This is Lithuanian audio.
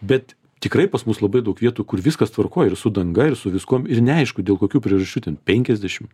bet tikrai pas mus labai daug vietų kur viskas tvarkoj ir su danga ir su viskuom ir neaišku dėl kokių priežasčių ten penkiasdešim